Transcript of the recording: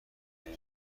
وفای